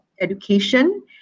education